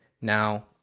Now